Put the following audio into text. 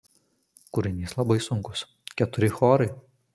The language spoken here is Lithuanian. kūrinys labai sunkus keturi chorai